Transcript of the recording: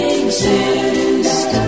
exist